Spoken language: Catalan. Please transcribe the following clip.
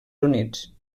units